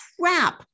crap